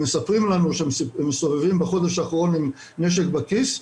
הם מספרים לנו שהם מסתובבים בחודש האחרון עם נשק בכיס,